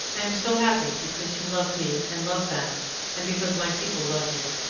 i am so happy because you love me and love them and because my people love you,